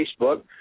Facebook